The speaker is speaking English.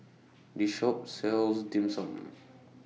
This Shop sells Dim Sum